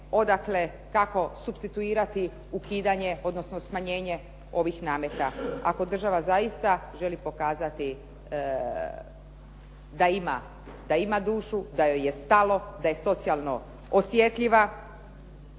odakle, kako supstituirati ukidanje odnosno smanjenje ovih nameta ako država zaista želi pokazati da ima dušu, da joj je stalo, da je socijalno osjetljiva.